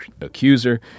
accuser